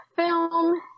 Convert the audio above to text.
Film